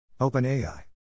OpenAI